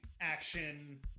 action